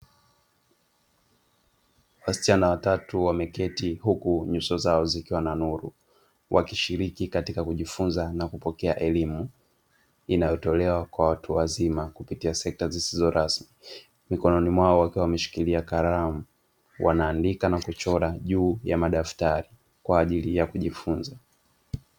Wasichana watatu wameketi huku nyuso zao zikiwa na nuru, wakishiriki katika kujifunza na kupokea elimu inayotolewa kwa watu wazima kupitia sekta zisizo rasmi, mikononi mwao wakiwa wameshikilia kalamu wanaandika na kuchora juu ya madaftari kwa ajili ya kujifunza.